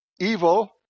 evil